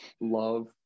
love